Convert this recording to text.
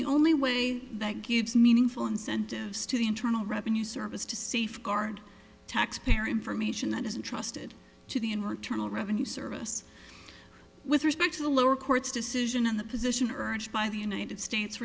the only way that gives meaningful incentives to the internal revenue service to safeguard taxpayer information that isn't trusted to the in return a revenue service with respect to the lower court's decision and the position urged by the united states